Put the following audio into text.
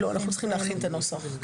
צריכים להכין את הנוסח.